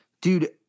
Dude